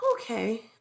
Okay